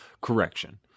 correction